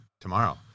tomorrow